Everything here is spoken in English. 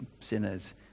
sinners